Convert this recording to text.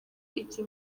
igihe